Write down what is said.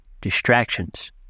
distractions